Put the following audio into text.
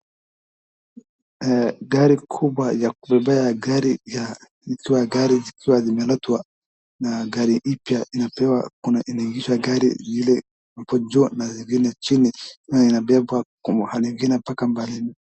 Gari kubwa ya kubebea gari zikiwa zimeletwa na gari impya inapewa inaingishwa gari ile hapo juu na ingine chini na inabeba kwa mahali ingine.